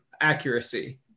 accuracy